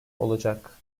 olacak